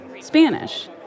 Spanish